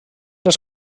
les